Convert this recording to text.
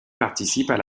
participent